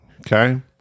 Okay